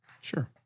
Sure